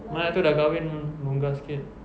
mana lah tahu dah kahwin longgar sikit